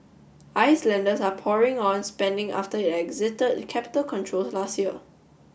Icelanders are pouring on spending after it exited capital controls last year